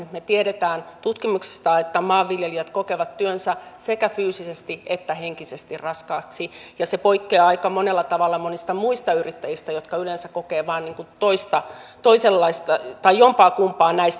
me tiedämme tutkimuksista että maanviljelijät kokevat työnsä sekä fyysisesti että henkisesti raskaaksi ja tämä poikkeaa aika monella tavalla monista muista yrittäjistä jotka yleensä kokevat vain jompaa kumpaa näistä